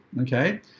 Okay